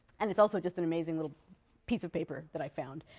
and it's also just an amazing little piece of paper that i found.